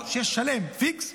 שיהיה שלם פיקס,